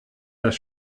das